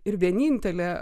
ir vienintelė